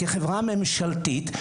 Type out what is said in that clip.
כחברה ממשלתית,